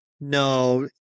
No